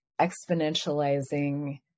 exponentializing